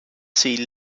see